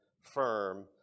firm